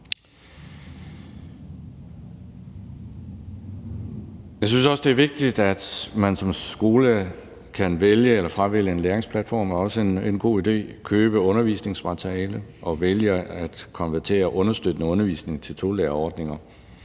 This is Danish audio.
Jeg synes også, det er vigtigt, at man som skole kan vælge eller fravælge en læringsplatform – det er også en god idé. At købe undervisningsmateriale og vælge at konvertere understøttende undervisning til tolærerordninger